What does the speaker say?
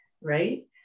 right